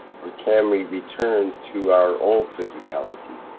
or can we return to our old physicality?